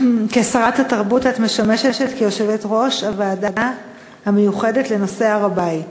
כשרת התרבות את משמשת יושבת-ראש הוועדה המיוחדת לנושא הר-הבית.